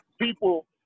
people